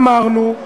אמרנו,